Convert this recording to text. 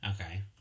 Okay